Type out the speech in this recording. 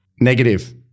Negative